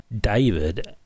David